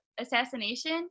assassination